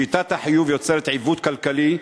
שיטת החיוב יוצרת עיוות כלכלי,